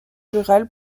rurale